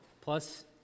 plus